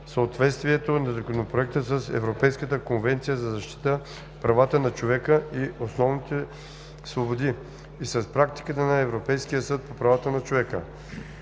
съответствието на Законопроекта с Европейската конвенция за защита правата на човека и основните свободи и с практиката на Европейския съд по правата на човека.